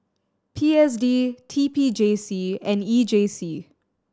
P S D T P J C and E J C